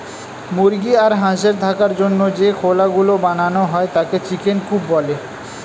মুরগি আর হাঁসের থাকার জন্য যে খোলা গুলো বানানো হয় তাকে চিকেন কূপ বলে